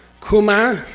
cool ma?